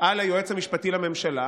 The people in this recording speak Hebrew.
על היועץ המשפטי לממשלה